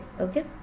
Okay